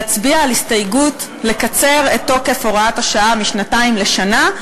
להצביע על הסתייגות לקצר את תוקף הוראת השעה משנתיים לשנה,